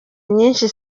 nyinshi